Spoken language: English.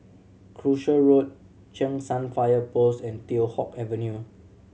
Croucher Road Cheng San Fire Post and Teow Hock Avenue